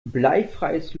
bleifreies